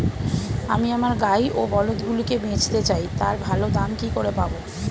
আমি আমার গাই ও বলদগুলিকে বেঁচতে চাই, তার ভালো দাম কি করে পাবো?